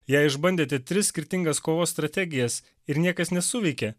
jei išbandėte tris skirtingas kovos strategijas ir niekas nesuveikė